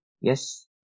Yes